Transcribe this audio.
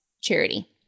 charity